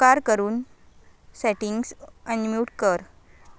उपकार करून settings unmute कर